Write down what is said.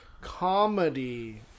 comedy